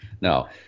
No